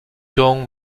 dong